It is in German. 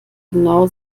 genau